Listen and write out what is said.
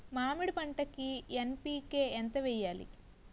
మామిడి పంటకి ఎన్.పీ.కే ఎంత వెయ్యాలి?